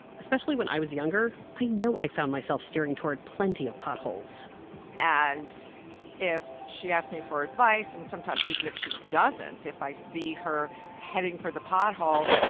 especially when i was younger, i know i found myself steering toward plenty of potholes and if she asks me for advice and sometimes even if she doesn't if i see her heading for the pothole,